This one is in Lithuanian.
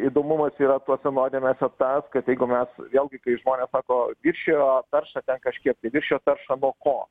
įdomumas yra tuose nuodėmėse tas kad jeigu mes vėlgi kai žmonės sako viršijo tašą kažkiek ten viršijo taršą nuo ko